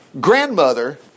grandmother